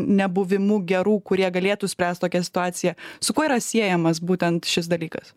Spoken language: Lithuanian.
nebuvimu gerų kurie galėtų spręst tokią situaciją su kuo yra siejamas būtent šis dalykas